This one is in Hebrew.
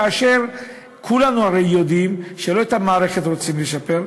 כאשר כולנו הרי יודעים שלא את המערכת רוצים לשפר,